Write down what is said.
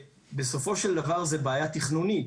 בסופו של דבר זה בעיה תכנונית.